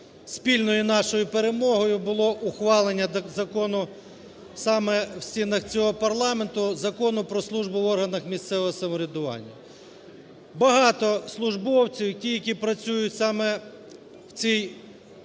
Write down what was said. спільною нашою перемогою було ухвалення закону, саме в стінах цього парламенту, Закону про службу в органах місцевого самоврядування. Багато службовців, ті, які працюють саме в цій владі,